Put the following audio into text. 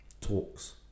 Talks